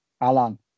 Alan